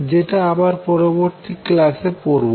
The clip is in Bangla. যেটা আমরা পরবর্তী ক্ল্যাসে পড়বো